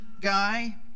guy